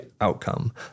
outcome